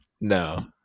No